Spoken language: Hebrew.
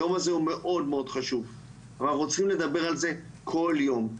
היום הזה הוא מאוד-מאוד חשוב אבל אנחנו צריכים לדבר על זה כל יום,